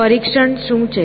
પરીક્ષણ શું છે